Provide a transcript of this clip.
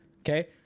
okay